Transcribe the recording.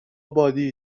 بادی